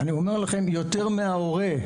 אני אומר לכם, יותר מההורה.